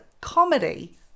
comedy